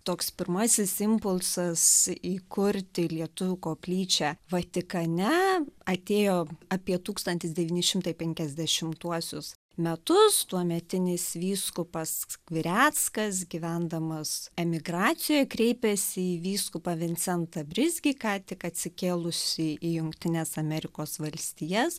toks pirmasis impulsas įkurti lietuvių koplyčią vatikane atėjo apie tūkstantis devyni šimtai penkiasdešimtuosius metus tuometinis vyskupas skvireckas gyvendamas emigracijoj kreipėsi į vyskupą vincentą brizgį ką tik atsikėlusi į jungtines amerikos valstijas